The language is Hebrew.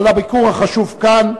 על הביקור החשוב כאן,